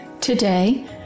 Today